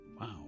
Wow